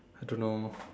I don't know